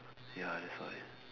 ya that's why